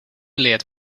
leert